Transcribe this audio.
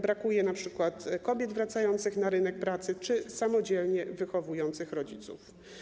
Brakuje np. kobiet wracających na rynek pracy czy samodzielnie wychowujących rodziców.